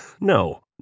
No